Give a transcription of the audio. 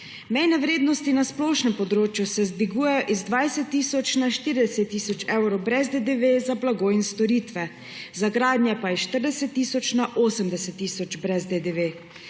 Mejne vrednosti na splošnem področju se dvigujejo z 20 tisoč na 40 tisoč evrov brez DDV za blago in storitve, za gradnjo pa s 40 tisoč na 80 tisoč brez DDV.